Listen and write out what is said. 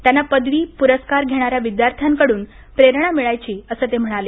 त्यांना पदवी पुरस्कार घेणाऱ्या विद्यार्थ्यांकडून प्रेरणा मिळायची असं ते म्हणाले